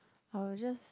I will just